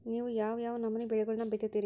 ನೇವು ಯಾವ್ ಯಾವ್ ನಮೂನಿ ಬೆಳಿಗೊಳನ್ನ ಬಿತ್ತತಿರಿ?